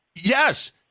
Yes